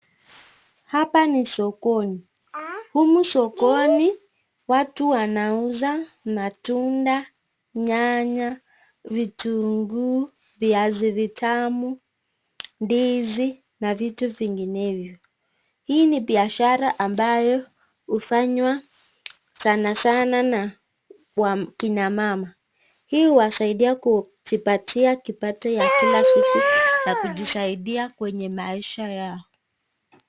Hapa ni sokoni. Humu sokoni watu wanauza matunda, nyanya, vitungu, viazi vitamu, ndizi na vitu vinginevyo. Hii ni biashara ambayo hufanywa sana sana na akina mama. Hii husaidia kujipatia kipato cha kila siku na kusaidia kwenye maisha yao.